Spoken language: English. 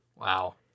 Wow